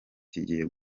kigiye